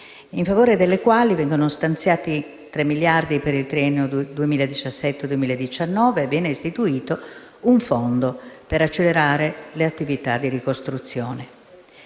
in favore delle quali vengono stanziati tre miliardi per il triennio 2017-2019 e viene istituito un Fondo per accelerare le attività di ricostruzione.